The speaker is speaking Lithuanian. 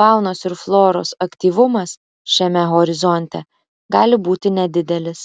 faunos ir floros aktyvumas šiame horizonte gali būti nedidelis